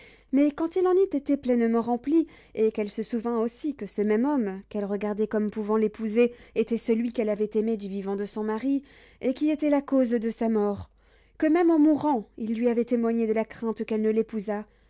mais quand il en eut été pleinement rempli et qu'elle se souvint aussi que ce même homme qu'elle regardait comme pouvant l'épouser était celui qu'elle avait aimé du vivant de son mari et qui était la cause de sa mort que même en mourant il lui avait témoigné de la crainte qu'elle ne l'épousât